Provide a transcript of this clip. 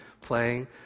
playing